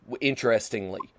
Interestingly